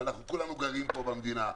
וכולנו גרים כאן במדינה.